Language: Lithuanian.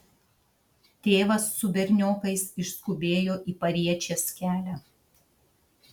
tėvas su berniokais išskubėjo į pariečės kelią